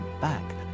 back